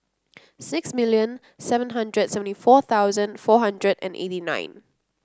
six million seven hundred and seventy four thousand four hundred and eighty nine